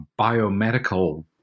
biomedical